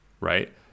right